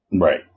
Right